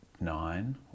nine